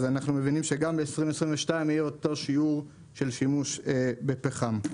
אנחנו מבינים שגם ב-2022 יהיה אותו שיעור של שימוש בפחם.